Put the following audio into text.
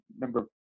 number